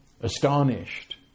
astonished